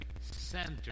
center